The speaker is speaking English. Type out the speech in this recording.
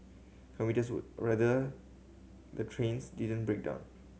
commuters would rather the trains didn't break down